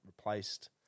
replaced